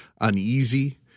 uneasy